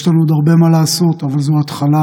יש לנו עוד הרבה מה לעשות, אבל זו התחלה,